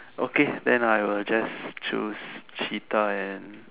okay then I will just choose cheetah and